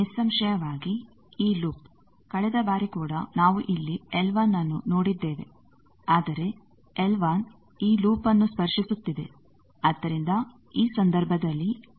ನಿಸ್ಸಂಶಯವಾಗಿ ಈ ಲೂಪ್ ಕಳೆದ ಬಾರಿ ಕೂಡ ನಾವು ಇಲ್ಲಿ Lನ್ನು ನೋಡಿದ್ದೇವೆ ಆದರೆ Lಈ ಲೂಪ್ನ್ನು ಸ್ಪರ್ಶಿಸುತ್ತಿದೆ ಆದ್ದರಿಂದ ಈ ಸಂದರ್ಭದಲ್ಲಿ ಸೊನ್ನೆ ಆಗಿರುತ್ತದೆ